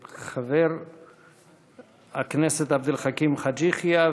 חבר הכנסת עבד אל חכים חאג' יחיא,